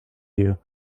you